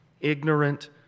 ignorant